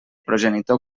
progenitor